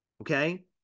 Okay